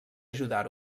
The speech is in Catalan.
ajudar